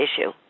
issue